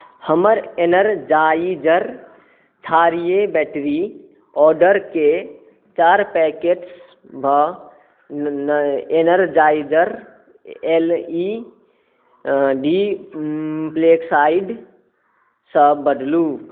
हमर एनरजाईजर क्षारीय बैटरी ऑर्डरकेँ चारि पैकेटसभ एनरजाईज़र एल ई डी फ्लैशलाइटसँ बदलू